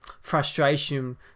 frustration